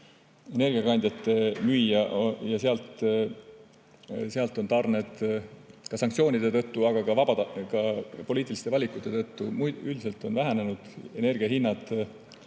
energiakandjate müüja ja sealt on tarned sanktsioonide tõttu, aga ka vabatahtlike poliitiliste valikute tõttu üldiselt vähenenud. Energiahinnad